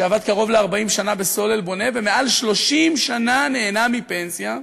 שעבד קרוב ל-40 שנה ב"סולל בונה" ומעל 30 שנה נהנה מפנסיה,